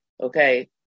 Okay